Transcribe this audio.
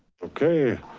okay.